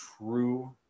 true